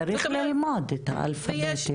צריך ללמוד את הא'-ב'.